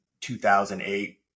2008